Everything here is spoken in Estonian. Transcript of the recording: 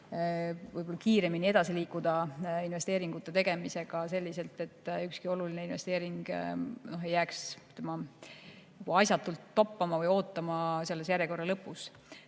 võib-olla kiiremini edasi liikuda investeeringute tegemisega selliselt, et ükski oluline investeering ei jääks asjatult toppama või ootama selle järjekorra